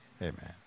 Amen